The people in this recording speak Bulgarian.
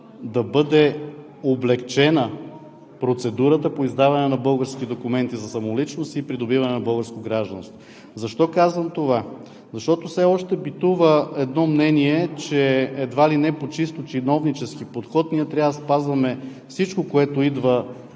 да бъде облекчена процедурата по издаване на български документи за самоличност и придобиване на българско гражданство. Защо казвам това? Защото все още битува едно мнение, че едва ли не по чисто чиновнически подход ние трябва да спазваме всичко, което идва